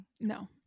No